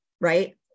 right